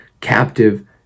captive